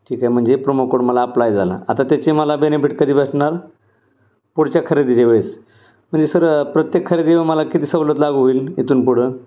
ठीक आहे म्हणजे प्रोमो कोड मला अप्लाय झाला आता त्याचे मला बेनिफिट कधी भेटणार पुढच्या खरेदीच्या वेळेस म्हणजे सर प्रत्येक खरेदीवर मला किती सवलत लागू होईल इथून पुढं